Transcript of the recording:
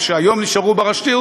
שהיום נשארו ברשות,